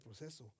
proceso